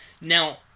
now